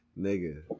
nigga